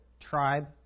tribe